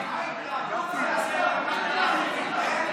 אסור להתלהב?